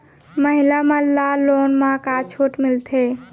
महिला मन ला लोन मा का छूट मिलथे?